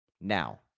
Now